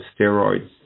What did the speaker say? steroids